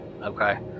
Okay